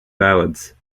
ballads